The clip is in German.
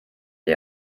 der